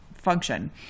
function